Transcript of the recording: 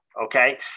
okay